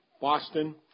Boston